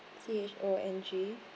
C H O N G